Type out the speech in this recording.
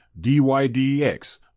DYDX